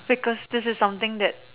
because just something that